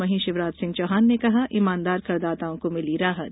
वहीं शिवराज सिंह चौहान ने कहा इमानदार करदाताओं को मिली राहत